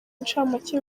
incamake